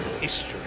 history